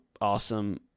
awesome